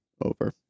over